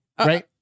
Right